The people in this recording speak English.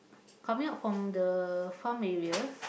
coming out from the farm area